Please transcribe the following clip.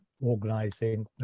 organizing